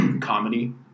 comedy